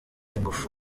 ingufu